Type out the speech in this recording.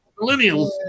Millennials